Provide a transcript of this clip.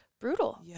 brutal